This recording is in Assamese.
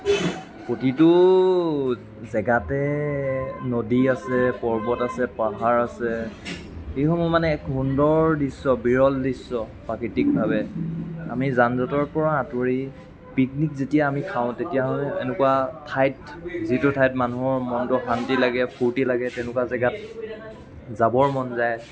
প্ৰতিটো জেগাতে নদী আছে পৰ্বত আছে পাহাৰ আছে এইসমূহ মানে এক সুন্দৰ দৃশ্য বিৰল দৃশ্য প্ৰাকৃতিকভাৱে আমি যান জঁটৰ পৰা আঁতৰি পিকনিক যেতিয়া আমি খাওঁ তেতিয়াহ'লে এনেকুৱা ঠাইত যিটো ঠাইত মানুহৰ মনটো শান্তি লাগে ফুৰ্তি লাগে তেনেকুৱা জেগাত যাবলৈ মন যায়